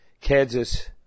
Kansas